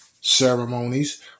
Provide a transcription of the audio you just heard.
ceremonies